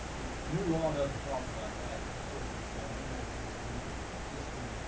new law doesn't talk about that. it just says you shall enter into an agreement with existing,